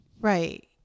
Right